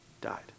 died